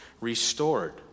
restored